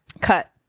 cut